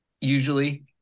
usually